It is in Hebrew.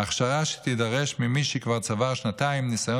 ההכשרה שתידרש ממי שכבר צבר שנתיים ניסיון